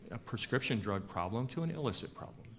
a prescription drug problem to an illicit problem.